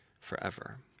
forever